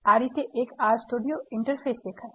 આ રીતે એક R સ્ટુડિયો ઇન્ટરફેસ દેખાય